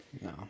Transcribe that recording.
No